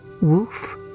wolf